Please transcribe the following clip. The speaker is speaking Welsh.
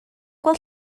gweld